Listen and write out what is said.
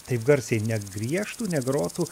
taip garsiai negriežtų negrotų